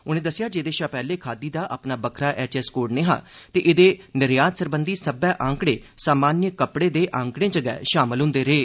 उनें दस्सेआ एहदे शा पैहले खादी दा अपना बक्खरा एचएस कोड निंहा ते एह्दे निर्यात सरबंधी सब्बै आंकड़े सामान्य कपड़े दे आंकड़ें च गै शामल होंदे रेह्